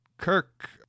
Kirk